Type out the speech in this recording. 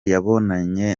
yabonanye